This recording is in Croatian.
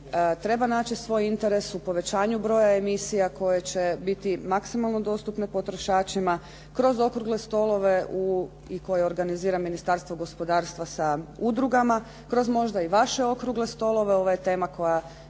treba naći svoj interes u povećanju broja emisija koje će biti maksimalno dostupne potrošačima kroz okrugle stolove i koje organizira Ministarstvo gospodarstva sa udrugama kroz možda i vaše okrugle stolove. Ovo je tema koja